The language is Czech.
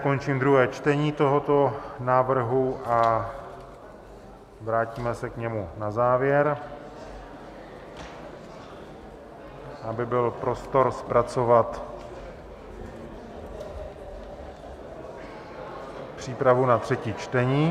Končím druhé čtení tohoto návrhu a vrátíme se k němu na závěr, aby byl prostor zpracovat přípravu na třetí čtení.